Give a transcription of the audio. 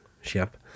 ship